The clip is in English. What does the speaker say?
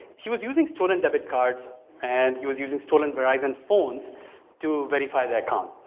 he was using stolen debit cards and he was using stolen verizon phones to verify that con.